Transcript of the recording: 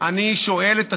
אני שואל את עצמי: